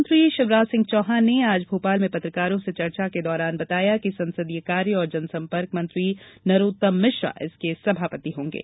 मुख्यमंत्री श्री शिवराज सिंह चौहान ने आज भोपाल में पत्रकारों से चर्चा के दौरान बताया कि संसदीय कार्य और जनसंपर्क मंत्री नरोत्तम मिश्रा इसके सभापति होंगे